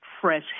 fresh